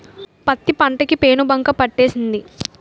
పత్తి పంట కి పేనుబంక పట్టేసింది